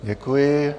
Děkuji.